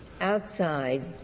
outside